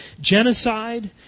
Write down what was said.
Genocide